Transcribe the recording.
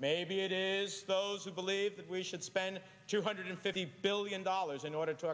maybe it is those who believe that we should spend two hundred fifty billion dollars in order to